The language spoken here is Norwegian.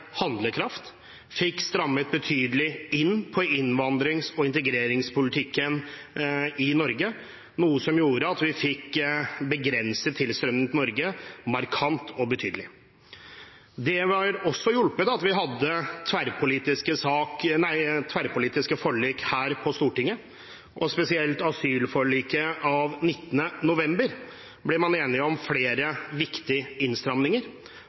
handlekraft og fikk strammet betydelig inn på innvandrings- og integreringspolitikken i Norge, noe som gjorde at vi fikk begrenset tilstrømning til Norge, markant og betydelig. Det har også hjulpet at vi hadde tverrpolitiske forlik her på Stortinget, og spesielt asylforliket av 19. november 2015. Der ble man enige om flere viktige innstramninger,